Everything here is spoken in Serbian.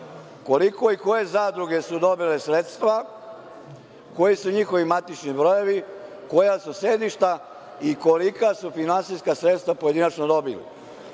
Koliko i koje zadruge su dobile sredstva? Koji su njihovi matični brojevi? Koja su sedišta? I kolika su finansijska sredstva pojedinačno